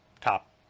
top